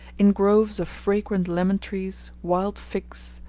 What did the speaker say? in groves of fragrant lemon-trees, wild figs,